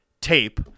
tape